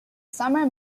summer